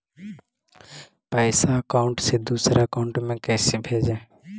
पैसा अकाउंट से दूसरा अकाउंट में कैसे भेजे?